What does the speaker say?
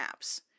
apps